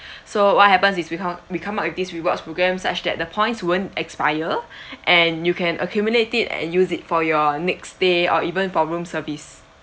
so what happens is we come we come up with these rewards programs such that the points won't expire and you can accumulate it and use it for your next day or even for room service